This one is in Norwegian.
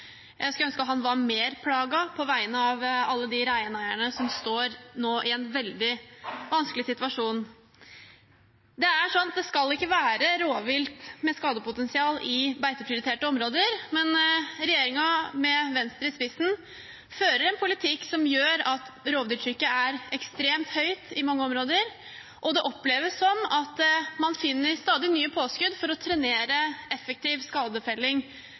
Jeg skulle ønske han var mer plaget, på vegne av alle de reineierne som nå står i en veldig vanskelig situasjon. Det skal ikke være rovvilt med skadepotensial i beiteprioriterte områder, men regjeringen, med Venstre i spissen, fører en politikk som gjør at rovdyrtrykket er ekstremt høyt i mange områder, og det oppleves som at man finner stadig nye påskudd til å trenere effektiv skadefelling